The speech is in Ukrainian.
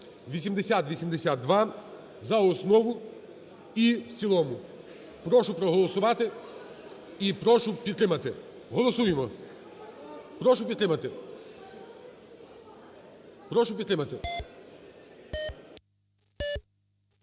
(8082) за основу і в цілому. Прошу проголосувати і прошу підтримати. Голосуємо. Прошу підтримати. Прошу підтримати.